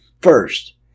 first